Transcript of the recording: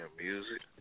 music